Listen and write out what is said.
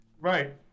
Right